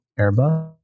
Airbus